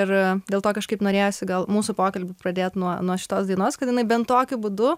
ir dėl to kažkaip norėjosi gal mūsų pokalbį pradėt nuo nuo šitos dainos kad jinai bent tokiu būdu